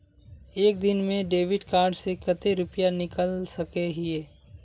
एक दिन में डेबिट कार्ड से कते रुपया निकल सके हिये?